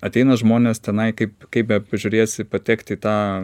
ateina žmonės tenai kaip kaip bežiūrėsi patekt į tą